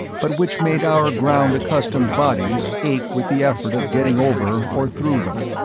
but which made our ground-accustomed bodies ache with the effort of getting over or through them